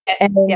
Yes